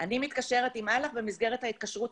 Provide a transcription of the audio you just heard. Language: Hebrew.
אני מתקשרת עם אל"ח במסגרת ההתקשרות